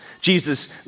Jesus